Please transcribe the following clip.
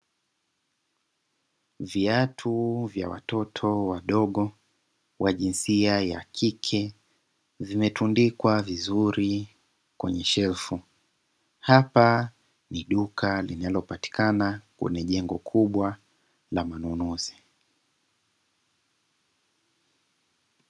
Viatu vya watoto wadogo wa jinsia ya kike vimetundikwa vizuri kwenye shelfu. Hapa ni duka linalopatikana kwenye jengo kubwa la manunuzi.